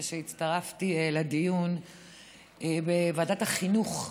והצטרפתי לדיון בוועדת החינוך,